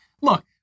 Look